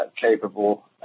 capable